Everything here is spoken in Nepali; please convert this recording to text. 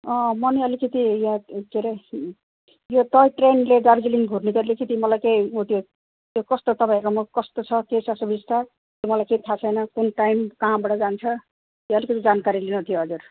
अँ म नि अलिकति यहाँ के अरे यो टय ट्रेनले दार्जिलिङ घुर्नेको अलिकति मलाई केही ऊ त्यो कस्तो तपाईँहरूकोमा कस्तो छ के छ सुविस्ता मलाई केही थाहा छैन कुन टाइम कहाँबाट जान्छ त्यो अलिकति जानकारी लिनुथियो हजुर